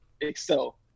excel